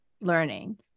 learning